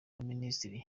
baminisitiri